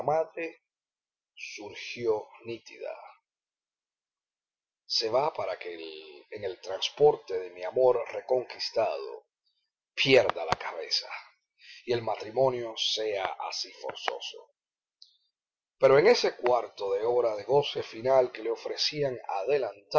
surgió nítida se va para que en el transporte de mi amor reconquistado pierda la cabeza y el matrimonio sea así forzoso pero en ese cuarto de hora de goce final que le ofrecían adelantado